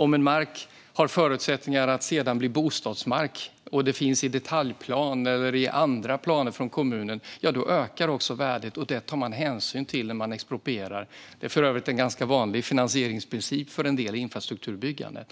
Om mark har förutsättningar att sedan bli bostadsmark och detta finns med i detaljplan eller i andra planer från kommunen ökar värdet, och det tar man hänsyn till när man exproprierar. Det är för övrigt en ganska vanlig finansieringsprincip för en del infrastrukturbyggande.